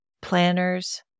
planners